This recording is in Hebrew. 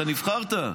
אתה נבחרת.